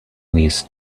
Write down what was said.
these